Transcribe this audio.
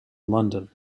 london